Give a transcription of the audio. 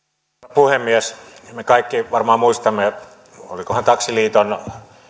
puhemies me kaikki varmaan muistamme olikohan taksiliiton